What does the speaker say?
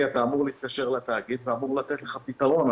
אתה אמור להתקשר לתאגיד ואמור לתת לך פתרון.